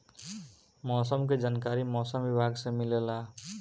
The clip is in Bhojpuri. मौसम के जानकारी मौसम विभाग से मिलेला?